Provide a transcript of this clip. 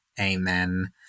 Amen